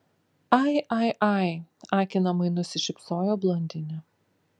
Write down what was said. ai ai ai akinamai nusišypsojo blondinė